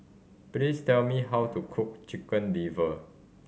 please tell me how to cook Chicken Liver